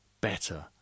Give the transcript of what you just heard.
better